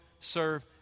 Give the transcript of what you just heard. serve